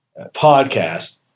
podcast